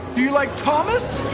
do you like thomas?